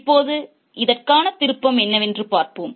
இப்போது இதற்கான திருப்பம் என்னவென்று பார்ப்போம்